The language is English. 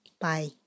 Bye